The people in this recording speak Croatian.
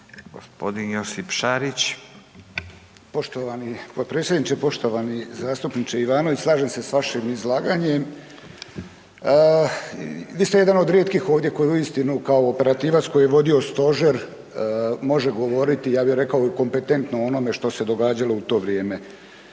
**Šarić, Josip (HDZ)** Poštovani potpredsjedniče, poštovani zastupniče Ivanović. Slažem se s vašim izlaganjem. Vi ste jedan od rijetkih ovdje koji uistinu kao operativac koji je vodio stožer, može govoriti, ja bih rekao i kompetentno o onome što se događalo u to vrijeme.